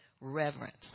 reverence